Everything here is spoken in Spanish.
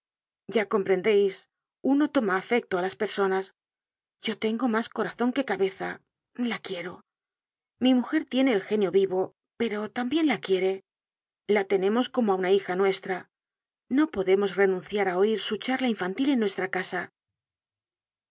ya comprendeis uno toma afecto á las personas yo tengo mas corazon que cabeza la quiero mi mujer tiene el genio vivo pero tambien la quiere la tenemos como á luja nuestra no podemos renunciar á oir su charla infantil en nuestra casa